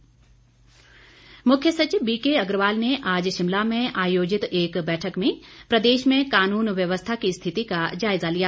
मुख्य सचिव मुख्य सचिव बीके अग्रवाल ने आज शिमला में आयोजित एक बैठक में प्रदेश में कानून व्यवस्था की स्थिति का जायजा लिया